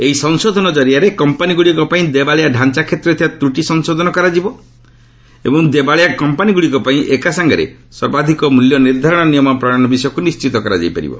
ଏହି ସଂଶୋଧନ କରିଆରେ କମ୍ପାନୀଗ୍ରଡ଼ିକ ପାଇଁ ଦେବାଳିଆ ଢାଞ୍ଚା କ୍ଷେତ୍ରରେ ଥିବା ତ୍ରଟି ସଂଶୋଧନ କରାଯିବ ଏବଂ ଦେବାଳିଆ କମ୍ପାନୀଗ୍ରଡ଼ିକ ପାଇଁ ଏକା ସାଙ୍ଗରେ ସର୍ବାଧକ ମୂଲ୍ୟ ନିର୍ଦ୍ଧାରଣ ନିୟମ ପ୍ରଣୟନ ବିଷୟକ୍ତ ନିଣ୍ଚିତ କରାଯାଇପାରିବ